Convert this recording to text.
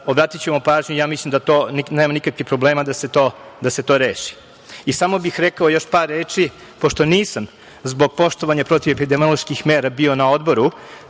obratićemo pažnju. Ja mislim da nema nikakvih problema da se to reši. I samo bih rekao još par reči, pošto nisam zbog poštovanja protiv epidemioloških mera bio na odboru